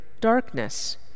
darkness